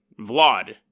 Vlad